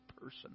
person